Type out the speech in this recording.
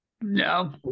no